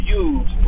use